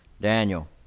Daniel